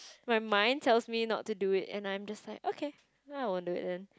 my mind tells me not to do it and I'm just like okay then I won't do it then